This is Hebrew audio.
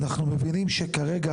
אנחנו מבינים שכרגע,